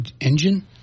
engine